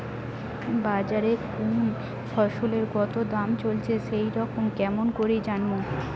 বাজারে কুন ফসলের কতো দাম চলেসে সেই খবর কেমন করি জানীমু?